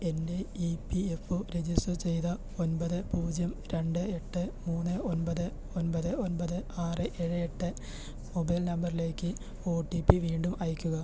എൻ്റെ E P F O register ചെയ്ത ഒൻപത് പൂജ്യം രണ്ട് എട്ട് മൂന്ന് ഒൻപതേ ഒൻപത് ഒൻപത് ആറ് ഏഴ് എട്ട് മൊബൈൽ നമ്പറിലേക്ക് ഒ ടി പി വീണ്ടും അയയ്ക്കുക